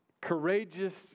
courageous